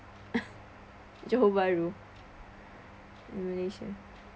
johor bahru malaysia